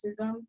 racism